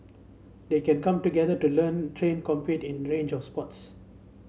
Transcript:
they can come together to learn train compete in range of sports